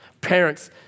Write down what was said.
Parents